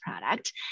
product